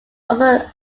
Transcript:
also